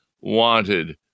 wanted